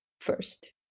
first